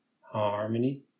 harmony